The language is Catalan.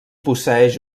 posseeix